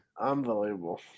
Unbelievable